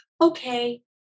okay